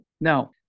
No